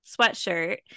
sweatshirt